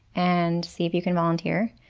and see if you can volunteer.